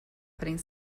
putting